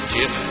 Jim